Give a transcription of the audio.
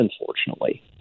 unfortunately